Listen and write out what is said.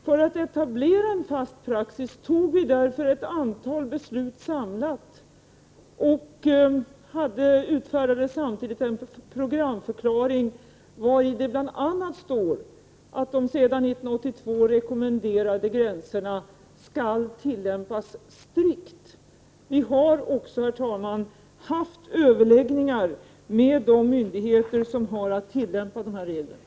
För att etablera en fast praxis tog vi därför samlat ett antal beslut och utfärdade samtidigt en programför klaring, vari det bl.a. står att de sedan 1982 rekommenderade gränserna skall tillämpas strikt. Vi har också, herr talman, haft överläggningar med de myndigheter som har att tillämpa de här reglerna.